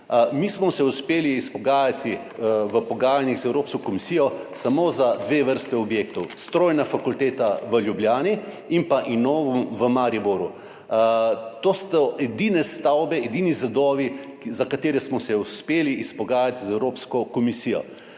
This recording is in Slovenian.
Mi smo se uspeli izpogajati v pogajanjih z Evropsko komisijo samo za dve vrsti objektov: strojna fakulteta v Ljubljani in INNOVUM v Mariboru. To so edini stavbi, edini zidovi, za katere smo se uspeli izpogajati z Evropsko komisijo.